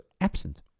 absent